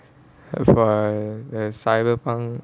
by the cyberpunk